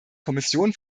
kommission